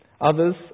Others